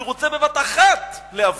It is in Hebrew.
כי הוא רוצה בבת-אחת להבריא.